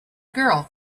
girl